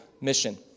mission